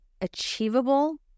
achievable